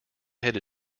head